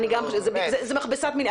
זו מכבסת מילים.